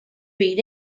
read